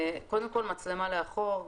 קודם כל מצלמה לאחור,